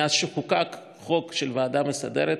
מאז שחוקק חוק של ועדה מסדרת,